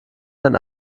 sein